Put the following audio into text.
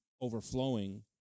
overflowing